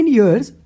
years